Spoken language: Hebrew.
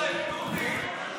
פיקוד העורף, דודי.